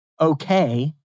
okay